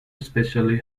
especially